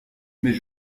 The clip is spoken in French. mais